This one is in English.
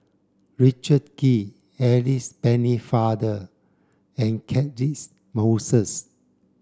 Richard Kee Alice Pennefather and Catchick Moses